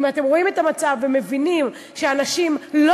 אם אתם רואים את המצב ומבינים שאנשים לא